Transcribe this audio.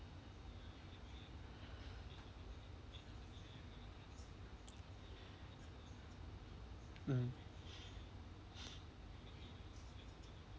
mm